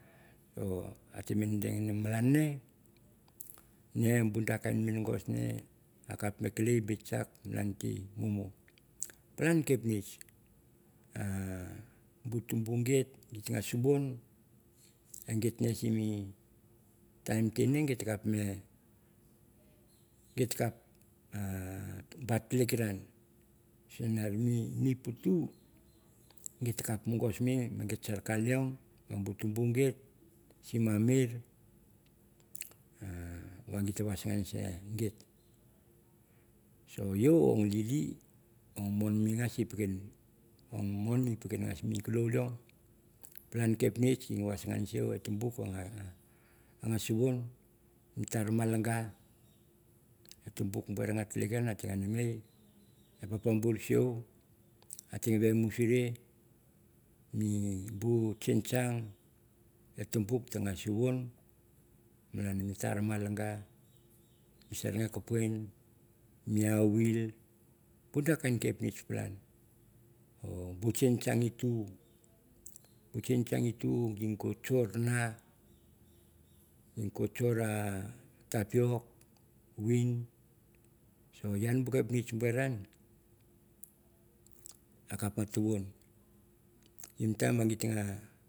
At tem no pen ummalan ne be oh kain minagos a kap no kelei bit kutch malan te mumu pian kepnitch be tumbu git ge suswong en git sim me time nge git kap no telikeraun sin en me puttu git kap no mongos ke git sar kar leong ma oit sim mi arur va oit te vassanuan se git yeo or lili or mon mas e pekin or mon i pekin be mi keken leowa plan kapnitch ge yasanwan siue turubu a suwong tar malaga tumbu ber a telikaran a tem no name, a papaber siu a tem veriusuri. Malaga ser nue kudion, mi awhell. bu kapnitch palan or bu kinkange tu, ge go ku- ur ka, kur tariok win, so yan bu kapnitch ber an akap ma tukun.